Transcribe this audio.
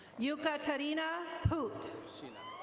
yukatarina poot. sheena